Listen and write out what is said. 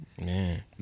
Man